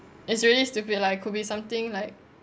it's really stupid lah it could be something like